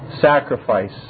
sacrifice